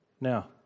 Now